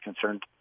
concerned